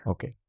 Okay